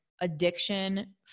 addiction